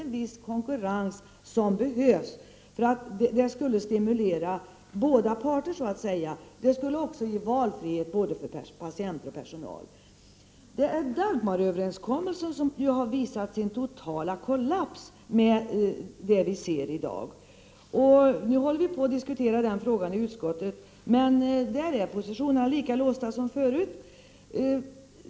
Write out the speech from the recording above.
En viss konkurrens behövs. Den skulle stimulera båda parter. Den skulle också ge valfrihet, både för patienter och för personal. Såsom situationen ser ut i dag visar den att Dagmaröverenskommelsen totalt har kollapsat. Vi håller nu på att diskutera den frågan i utskottet. Positionerna är där lika låsta som förut.